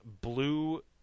Blue